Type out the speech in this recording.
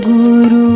Guru